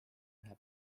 ühe